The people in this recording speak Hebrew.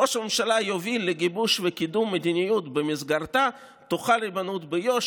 ראש הממשלה יוביל לגיבוש וקידום מדיניות שבמסגרתה תוחל ריבונות ביו"ש,